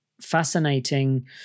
fascinating